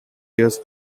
years